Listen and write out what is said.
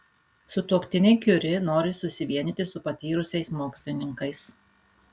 sutuoktiniai kiuri nori susivienyti su patyrusiais mokslininkais